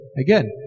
Again